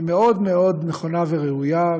היא מאוד מאוד נכונה וראויה,